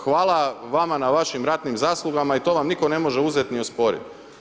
Hvala vama na vašim ratnim zaslugama i to vam nitko ne može uzeti niti osporiti.